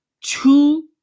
two